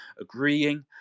agreeing